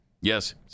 yes